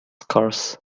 scarce